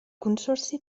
consorci